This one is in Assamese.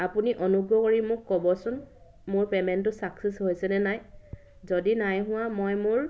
আপুনি অনুগ্ৰহ কৰি মোক ক'বচোন মোৰ পে'মেণ্টটো ছাকচেছ হৈছেনে নাই যদি নাই হোৱা মই মোৰ